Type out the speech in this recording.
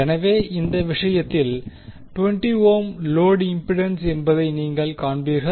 எனவே இந்த விஷயத்தில் 20 ஓம் லோடு இம்பிடன்ஸ் என்பதை நீங்கள் காண்பீர்கள்